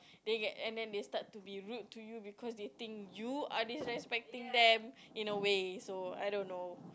they get and they start to be rude to you because they think you are disrespecting them in a way so I don't know